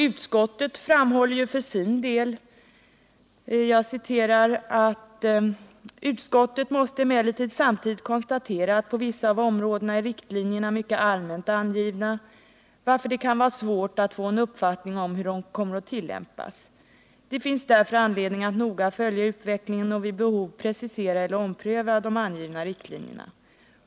Utskottet framhåller för sin del: ”Utskottet måste emellertid samtidigt konstatera att på vissa av områdena är riktlinjerna mycket allmänt angivna, varför det kan vara svårt att få en uppfattning om hur de kommer att tillämpas. Det finns därför anledning att noga följa utvecklingen och vid behov precisera eller ompröva de angivna riktlinjerna.